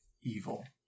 evil